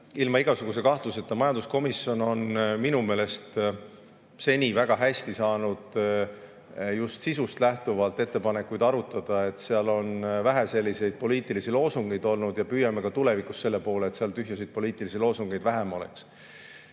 Ilma igasuguse kahtluseta, majanduskomisjon on minu meelest seni väga hästi saanud just sisust lähtuvalt ettepanekuid arutada. Seal on vähe poliitilisi loosungeid olnud ja püüame ka tulevikus selle poole, et seal tühje poliitilisi loosungeid vähem oleks.